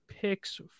picks